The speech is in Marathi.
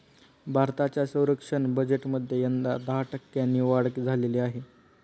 भारताच्या संरक्षण बजेटमध्ये यंदा दहा टक्क्यांनी वाढ झालेली आहे